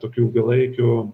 tokių ilgalaikių